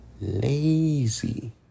lazy